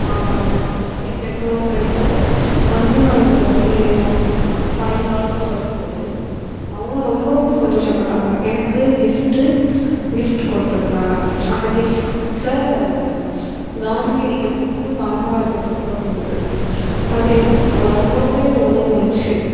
என் பெற்றோர்கள்கிட்ட வந்து நான் இ யோ இ சாயங்காலம் சொல்லும் போது அவங்க ரொம்ப ரொம்ப சந்தோஷப்பட்டாங்க எனக்கு கிஃப்ட்டு கிஃப்ட்டு கொடுத்திருந்தாங்க அந்த கிஃப்ட்டில் காந்தியடிகள் புக்கும் காமராஜர் புக்கும் இருந்தது அது எனக்கு பு ரொம்ப ரொம்பவே உதவும் வைச்சு